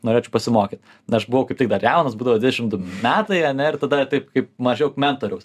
norėčiau pasimokyt aš buvau kaip tik dar jaunas būdavo dvidešim du metai a ne ir tada taip kaip mažiaug mentoriaus